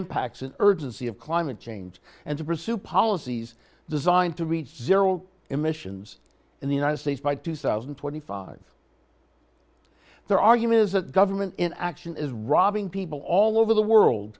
impacts and urgency of climate change and to pursue policies designed to reach zero emissions in the united states by two thousand and twenty five their argument is that government in action is robbing people all over the world